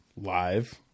live